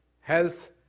health